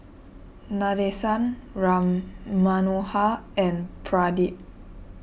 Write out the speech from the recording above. Nadesan Ram Manohar and Pradip